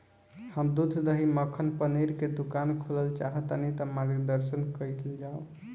हम दूध दही मक्खन पनीर के दुकान खोलल चाहतानी ता मार्गदर्शन कइल जाव?